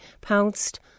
pounced